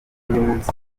y’umunsi